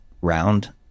round